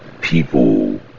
people